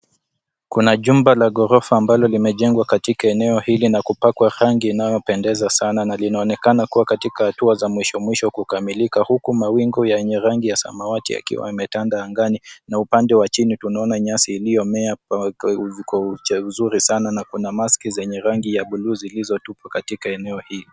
Kuna jumba la ghorofa ambalo limejengwa katika eneo hili na kupakwa rangi inayopendeza sana na linaonekana kuwa katika hatua za mwisho mwisho kukamilika huku mawingu yenye rangi ya samawati yakiwa yametanda angani, na upande wa chini tunaona nyasi iliyomea vizuri sana na kuna maski zenye rangi ya buluu zilizotupwa katika eneo hii.